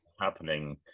happening